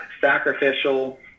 sacrificial